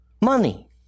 Money